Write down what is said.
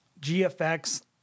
gfx